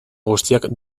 guztiak